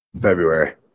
February